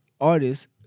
artists